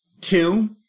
Two